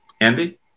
Andy